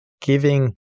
giving